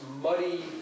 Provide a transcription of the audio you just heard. muddy